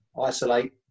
isolate